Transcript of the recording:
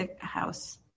house